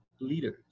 leaders